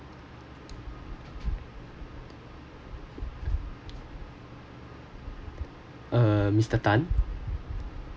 uh mister tan